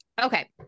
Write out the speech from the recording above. Okay